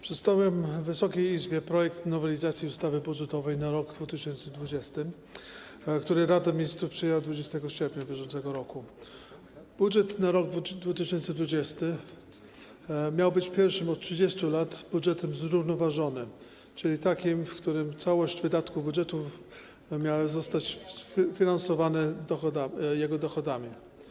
Przedstawiam Wysokiej Izbie projekt nowelizacji ustawy budżetowej na rok 2020, który Rada Ministrów przyjęła 20 sierpnia br. Budżet na rok 2020 miał być pierwszym od 30 lat budżetem zrównoważonym, czyli takim, w którym całość wydatków budżetu miała zostać sfinansowana jego dochodami.